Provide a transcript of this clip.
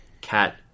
Cat